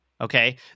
okay